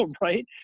right